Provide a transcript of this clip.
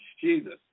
Jesus